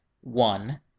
One